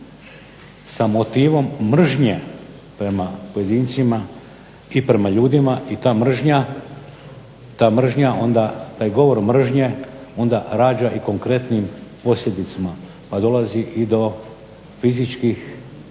sa motivom mržnje prema pojedincima i prema ljudima i ta mržnja onda, taj govor mržnje onda rađa i konkretnim posljedicama pa dolazi i do fizičkih